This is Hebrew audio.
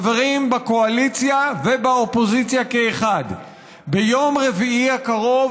חברים בקואליציה ובאופוזיציה כאחד: ביום רביעי הקרוב